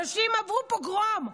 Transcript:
אנשים עברו פוגרום.